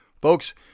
Folks